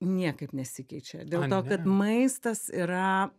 niekaip nesikeičia dėl to kad maistas yra